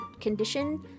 condition